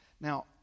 Now